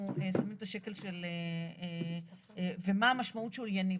שמים את השקל ומה המשמעות שהוא יניב.